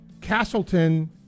Castleton